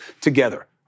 together